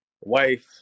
wife